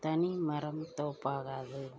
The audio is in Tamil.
தனிமரம் தோப்பாகாது